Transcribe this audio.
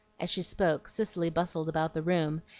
as she spoke, cicely bustled about the room,